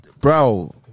bro